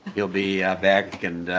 he will be back and